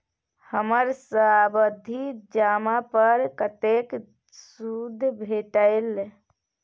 हमर सावधि जमा पर कतेक सूद भेटलै?